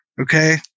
okay